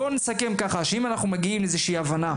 נסכם שאם מגיעים לאיזושהי הבנה,